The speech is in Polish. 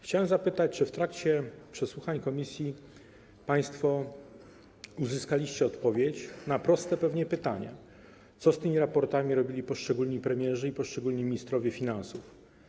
Chciałem zapytać, czy w trakcie przesłuchań komisji państwo uzyskaliście odpowiedź na pewnie proste pytanie: Co z tymi raportami robili poszczególni premierzy i poszczególni ministrowie finansów?